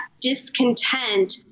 discontent